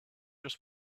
just